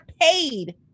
paid